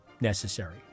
necessary